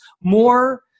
more